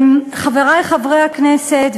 חברי חברי הכנסת,